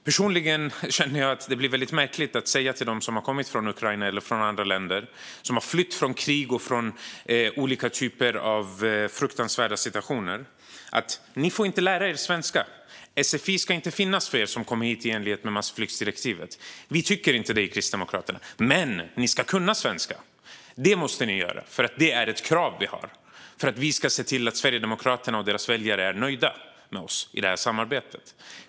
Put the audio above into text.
Personligen känner jag att det blir väldigt märkligt att säga till dem som har kommit från Ukraina eller från andra länder, som har flytt från krig och olika typer av fruktansvärda situationer: Ni får inte lära er svenska. Sfi ska inte finnas för er som kommer hit i enlighet med massflyktsdirektivet. Kristdemokraterna tycker inte att ni ska få det. Men ni måste kunna svenska, för det är ett krav som vi har för att vi ska se till att Sverigedemokraterna och deras väljare är nöjda med oss i detta samarbete.